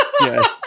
Yes